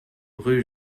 rue